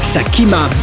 Sakima